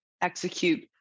execute